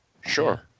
sure